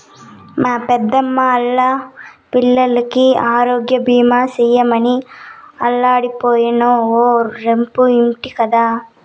మా పెద్దమ్మా ఆల్లా పిల్లికి ఆరోగ్యబీమా సేయమని ఆల్లింటాయినో ఓటే రంపు ఇంటి గదా